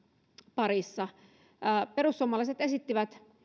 parissa perussuomalaiset esitti